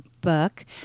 book